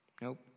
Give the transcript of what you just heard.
Nope